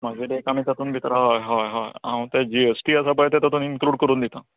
मागीर तेका आनी तातून भितर होय होय होय हांव तेत जीएस्टी आसा तेत तातून इन्क्लूड करून दिता